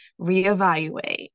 reevaluate